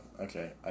okay